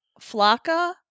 flaca